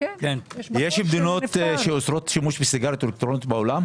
יש מדינות שאוסרות שימוש בסיגריות אלקטרוניות בעולם?